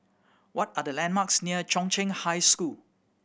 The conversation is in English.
what are the landmarks near Chung Cheng High School